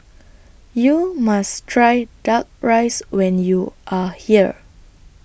YOU must Try Duck Rice when YOU Are here